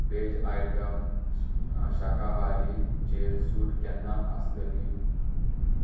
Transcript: veg item शाकाहारी चेर suit केन्ना आसतली